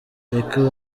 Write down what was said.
reka